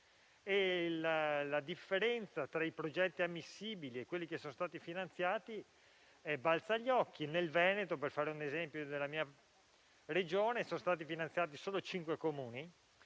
La differenza tra i progetti ammissibili e quelli che sono stati finanziati balza agli occhi. Per fare un esempio, nella mia Regione - il Veneto - sono stati finanziati solo 5 Comuni